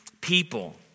people